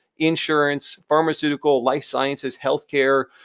insurance, pharmaceutical, life sciences, healthcare.